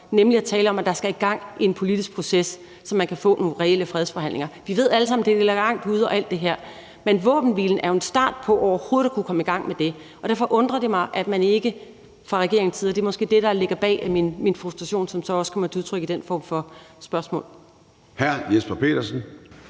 meget ud af, hvor der kommer gang i en politisk proces, så man kan få nogle reelle fredsforhandlinger. Vi ved alle sammen, at det ligger langt ude i fremtiden, og alt det her. Men våbenhvilen er jo en start på overhovedet at kunne komme i gang med det, og derfor undrer det mig, at man ikke gør noget fra regeringens side, og det er måske det, der ligger bag min frustration, som så også kommer til udtryk i den form for spørgsmål. Kl. 20:25 Formanden